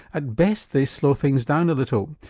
at best they slow things down a little.